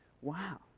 Wow